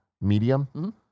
medium